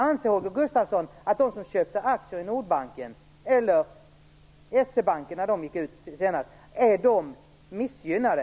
Anser Holger Gustafsson att de som köpte aktier i Nordbanken eller S-E-banken när den senast gick ut är missgynnade?